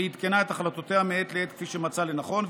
ועדכנה את החלטותיה מעת לעת כפי שמצאה לנכון,